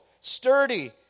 sturdy